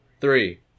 Three